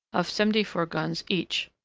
of seventy-four guns each.